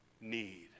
need